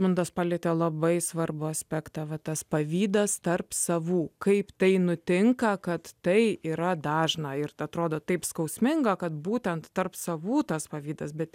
mantas palietė labai svarbų aspektą tas pavydas tarp savų kaip tai nutinka kad tai yra dažna ir atrodo taip skausminga kad būtent tarp savų tas pavydas bet